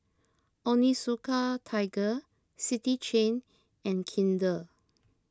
Onitsuka Tiger City Chain and Kinder